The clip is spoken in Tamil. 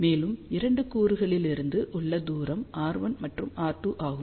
மேலும் 2 கூறுகளிலிருந்து உள்ள தூரம் r1 மற்றும் r2 ஆகும்